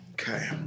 Okay